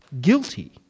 guilty